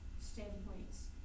standpoints